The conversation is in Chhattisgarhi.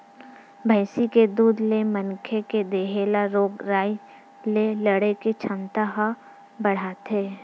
भइसी के दूद ले मनखे के देहे ल रोग राई ले लड़े के छमता ह बाड़थे